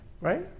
Right